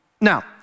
Now